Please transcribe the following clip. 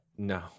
No